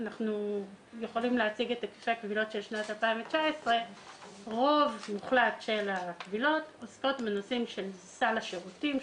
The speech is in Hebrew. אנחנו יכולים להציג את היקפי הקבילות של שנת 2019. רוב מוחלט של הקבילות עוסקות בנושאים של סל השירותים,